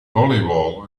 volleyball